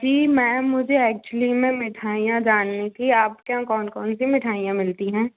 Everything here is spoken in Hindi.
जी मैम मुझे एक्चूली में मिठाइयाँ जाननी थी आपके यहाँ कौन कौन सी मिठाइयाँ मिलती हैं